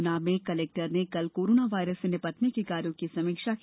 गुना में कलेक्टर ने कल कोरोना वायरस से निपटने के कार्यो की समीक्षा की